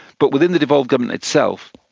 but within the devolved government itself,